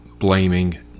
Blaming